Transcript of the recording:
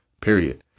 Period